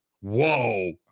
Whoa